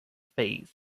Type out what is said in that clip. fees